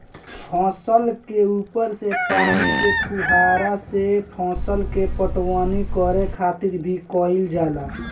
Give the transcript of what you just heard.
फसल के ऊपर से पानी के फुहारा से फसल के पटवनी करे खातिर भी कईल जाला